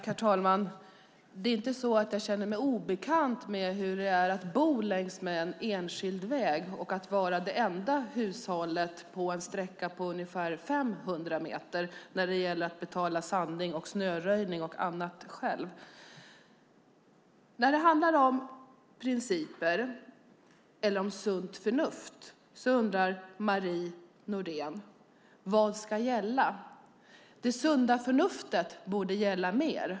Herr talman! Det är inte så att jag känner mig obekant med hur det är att bo längs en enskild väg och vara det enda hushållet på en sträcka på ungefär 500 meter när det gäller att betala sandning, snöröjning och annat själv. När det handlar om principer eller sunt förnuft undrar Marie Nordén vad som ska gälla, och hon tycker att det sunda förnuftet borde gälla mer.